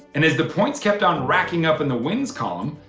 and as the points kept on racking up in the wins column,